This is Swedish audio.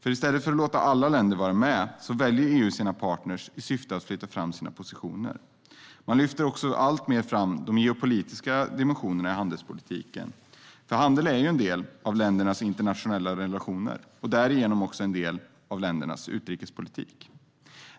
I stället för att låta alla länder vara med väljer EU sina partner i syfte att flytta fram sina positioner. Man lyfter också alltmer fram de geopolitiska dimensionerna i handelspolitiken. För handel är en del av länders internationella relationer och därigenom också en del av utrikespolitiken.